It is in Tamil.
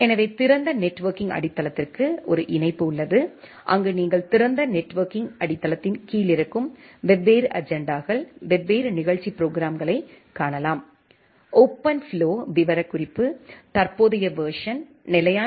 எனவே திறந்த நெட்வொர்க்கிங் அடித்தளத்திற்கு ஒரு இணைப்பு உள்ளது அங்கு நீங்கள் திறந்த நெட்வொர்க்கிங் அடித்தளத்தின் கீழ் இருக்கும் வெவ்வேறு அஜெண்டாகள் வெவ்வேறு நிகழ்ச்சி ப்ரோக்ராம்களைக் காணலாம் ஓபன்ஃப்ளோ விவரக்குறிப்பு தற்போதைய வெர்சன் நிலையான வெர்சன் 1